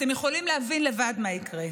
אתם יכולים להבין לבד מה יקרה.